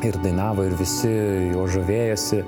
ir dainavo ir visi juo žavėjosi